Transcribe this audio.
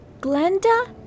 Glenda